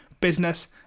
business